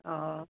অ